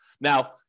Now